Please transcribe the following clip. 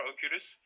Oculus